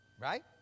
Right